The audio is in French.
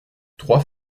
trois